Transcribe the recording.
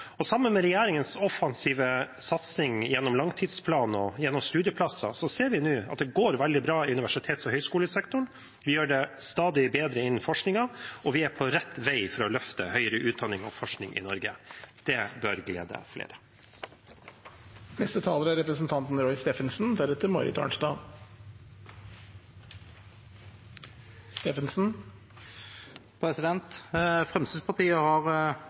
Sammen med regjeringens offensive satsing gjennom langtidsplanen og gjennom studieplasser ser vi nå at det går veldig bra i universitets- og høyskolesektoren. Vi gjør det stadig bedre innen forskning, og vi er på rett vei for å løfte høyere utdanning og forskning i Norge. Det bør glede